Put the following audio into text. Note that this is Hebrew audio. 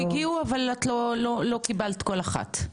הגיעו אבל את לא קיבלת כל אחת.